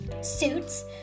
Suits